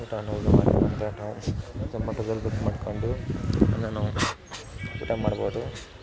ಊಟ ಮತ್ತೆ ಝೊಮಾಟೋದಲ್ಲಿ ಬುಕ್ ಮಾಡಿಕೊಂಡು ನಾನು ಊಟ ಮಾಡ್ಬೌದು